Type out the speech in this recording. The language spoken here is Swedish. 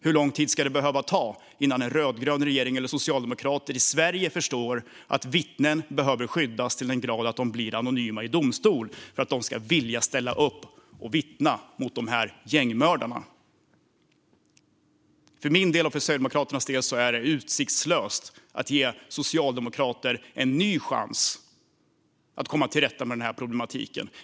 Hur lång tid ska det behöva ta innan regeringen - Socialdemokraterna - i Sverige förstår att vittnen behöver skyddas till den grad att de blir anonyma i domstol för att de ska vilja ställa upp och vittna mot dessa gängmördare. För min och Sverigedemokraternas del är det utsiktslöst att ge Socialdemokraterna en ny chans att komma till rätta med denna problematik.